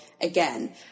again